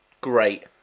Great